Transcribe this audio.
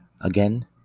again